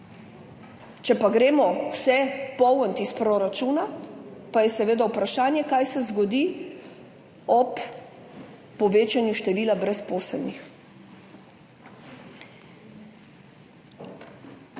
Če pa gremo vse polniti iz proračuna, pa je seveda vprašanje, kaj se bo zgodilo ob povečanju števila brezposelnih.